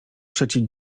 przecie